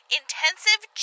intensive